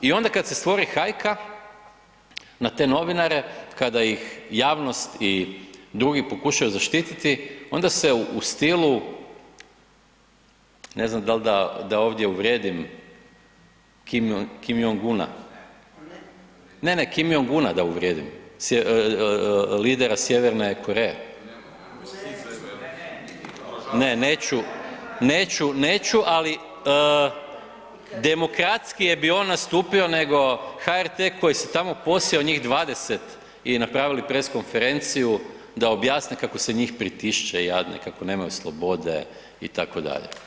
I onda kad se stvori hajka na te novinare, kada ih javnost i drugi pokušaju zaštititi onda se u stilu ne znam dal da, da ovdje uvrijedim Kim Jong-una … [[Upadica iz klupe se ne razumije]] ne, ne Kim Jong-una da uvrijedim, lidera Sjeverne Koreje … [[Upadica iz klupe se ne razumije]] ne, neću, neću, neću, ali demokratskije bi on nastupio nego HRT koji se tamo posjeo njih 20 i napravili pres konferenciju da objasne kako se njih pritišće jadne, kako nemaju slobode itd.